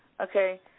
Okay